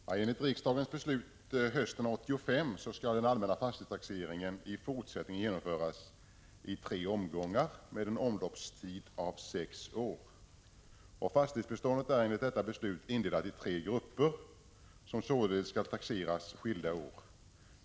Herr talman! Enligt riksdagens beslut hösten 1985 skall den allmänna fastighetstaxeringen i fortsättningen genomföras i tre omgångar med en omloppstid av sex år. Fastighetsbeståndet är enligt detta beslut indelat i tre grupper, som således skall taxeras skilda år.